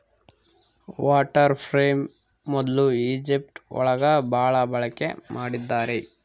water frame ಮೊದ್ಲು Egypt ಒಳಗ ಭಾಳ ಬಳಕೆ ಮಾಡಿದ್ದಾರೆ